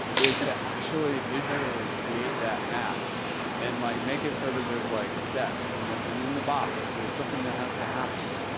is to actually visually create that map and like make it so that there's like steps and and in the box there's something that has to happen.